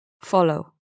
follow